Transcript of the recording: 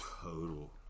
total